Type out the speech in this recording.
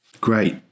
Great